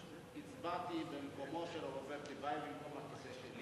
8304 ו-8315.